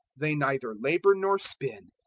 they neither labour nor spin.